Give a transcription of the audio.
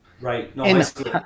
Right